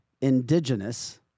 indigenous